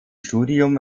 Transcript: studium